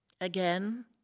Again